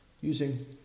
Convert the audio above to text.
using